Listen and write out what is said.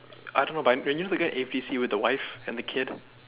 I don't know but y~ were gonna A_P_C with the wife and the kid